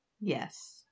Yes